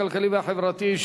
הכלכלי והחברתי,